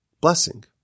blessing